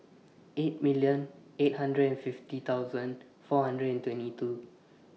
six eight hundred and fifty four hundred and twenty two